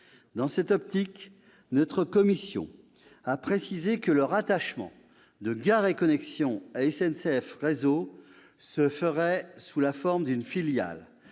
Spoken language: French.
Dans cette optique, notre commission a précisé que le rattachement de SNCF Gares & Connexions à SNCF Réseau se ferait sous la forme d'une filiale